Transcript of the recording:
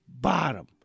bottom